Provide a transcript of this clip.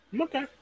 Okay